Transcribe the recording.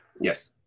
Yes